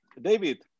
David